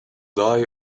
die